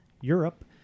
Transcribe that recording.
Europe